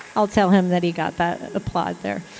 i'll tell him that he got that applaud there.